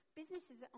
businesses